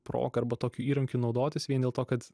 proga arba tokiu įrankiu naudotis vien dėl to kad